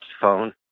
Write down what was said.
phone